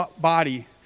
body